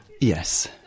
Yes